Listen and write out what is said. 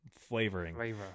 flavoring